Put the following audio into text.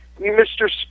Mr